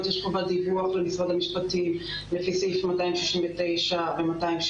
יש חובת דיווח למשרד המשפטים לפי סעיף 269 ו-270.